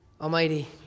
Almighty